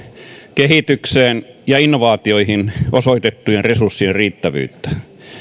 kehitykseen ja innovaatioihin osoitettujen resurssien riittävyyttä